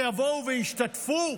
שיבואו וישתתפו?